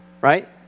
Right